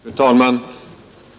Fru talman!